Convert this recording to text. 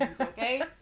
okay